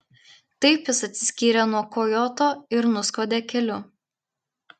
taip jis atsiskyrė nuo kojoto ir nuskuodė keliu